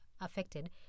affected